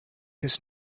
his